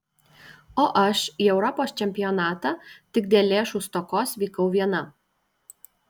o aš į europos čempionatą tik dėl lėšų stokos vykau viena